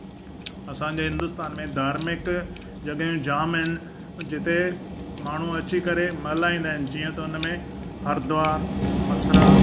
असांजे हिंदुस्तान में धार्मिक जॻहियूं जाम आहिनि जिते माण्हू अची करे मल्हाईंदा आहिनि जीअं त हुन में हरिद्वार मथुरा